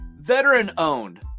Veteran-owned